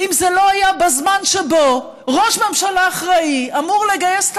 אם זה לא היה בזמן שבו ראש ממשלה אחראי אמור לגייס את